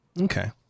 Okay